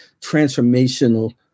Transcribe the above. transformational